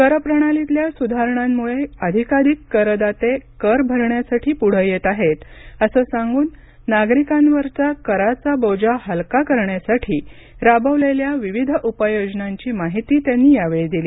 कर प्रणालीतल्या सुधारणांमुळे अधिकाधिक करदाते कर भरण्यासाठी पुढे येत आहेत असं सांगून नागरिकांवरचा कराचा बोजा हलका करण्यासाठी राबवलेल्या विविध उपाययोजनांची माहिती त्यांनी यावेळी दिली